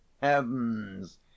heavens